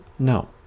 No